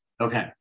Okay